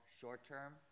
short-term